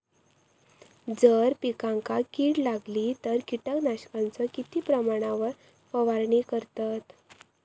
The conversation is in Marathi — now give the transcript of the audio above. जर पिकांका कीड लागली तर कीटकनाशकाचो किती प्रमाणावर फवारणी करतत?